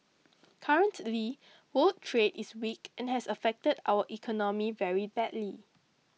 currently world trade is weak and has affected our economy very badly